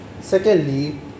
Secondly